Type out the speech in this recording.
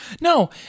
No